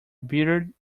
bearded